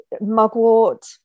mugwort